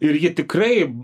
ir ji tikrai